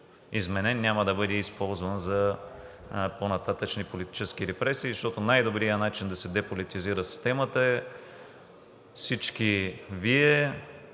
няма да бъде използван за по-нататъшни политически репресии, защото най добрият начин да се деполитизира системата е всички Вие,